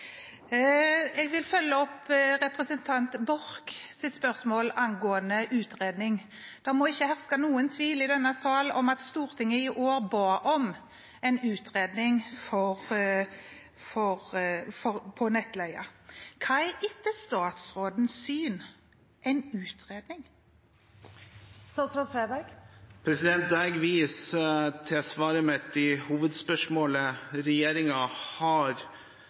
Jeg vil følge opp representanten Borchs spørsmål angående utredning. Det må ikke herske noen tvil i denne sal om at Stortinget i år ba om en utredning om nettleie. Hva er etter statsrådens syn en utredning? Jeg viser til svaret mitt på hovedspørsmålet: Regjeringen har